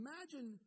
Imagine